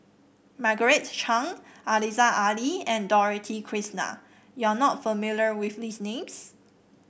Margaret Chan Aziza Ali and Dorothy Krishnan you are not familiar with these names